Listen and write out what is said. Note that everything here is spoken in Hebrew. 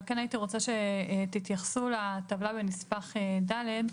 אבל כן הייתי רוצה שתתייחסו לטבלה בנספח ד'.